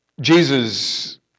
Jesus